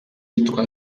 iyitwa